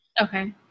okay